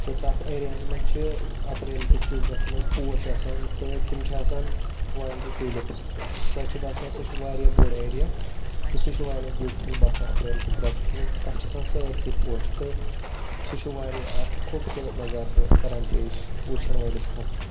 تہٕ تَتھ ایریاہَس منٛز چھِ اَپریل کِس سیٖزنَس منٛز پوش آسان تہٕ تِم چھِ آسان وایلڈ ٹیوٗلِپٕس تہٕ سۄ چھِ باسان سۄ چھِ واریاہ بوٚڈ ایریا تہٕ سُہ چھُ واریاہ بیوٗٹِفُل باسان اَپریل کِس رٮ۪تَس منٛز تہٕ تَتھ چھِ آسان سٲرۍسٕے پوش تہٕ سُہ چھُ واریاہ اَکھ خوٗبصوٗرت نظارٕ تہِ کَران پیش وٕچھَن وٲلِس خٲطرٕ